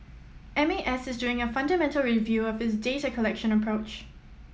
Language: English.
M A S is doing a fundamental review of its data collection approach